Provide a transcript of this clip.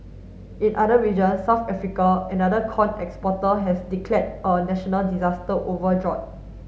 in other regions South Africa another corn exporter has declared a national disaster over drought